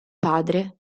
padre